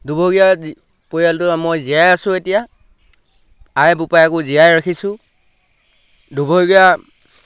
দুৰ্ভগীয়া পৰিয়ালটো মই জীয়াই আছো এতিয়া আই বোপাইকো জীয়াই ৰাখিছোঁ দুৰ্ভগীয়া